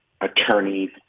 attorneys